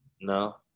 No